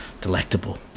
delectable